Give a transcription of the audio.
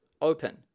open